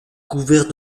couvert